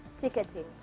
ticketing